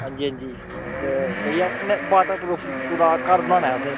हांजी हांजी ते भैया कन्नै बाटर प्रूफ पूरा घर बनाना ऐ असैं